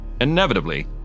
Inevitably